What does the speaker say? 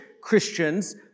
Christians